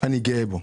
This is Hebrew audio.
אני גאה בו.